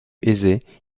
aisé